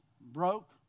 broke